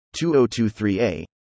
2023a